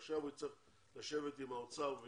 עכשיו הוא יצטרך לשבת עם האוצר.